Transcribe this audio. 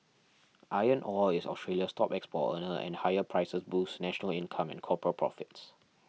iron ore is Australia's top export earner and higher prices boosts national income and corporate profits